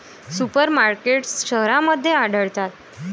super markets शहरांमध्ये आढळतात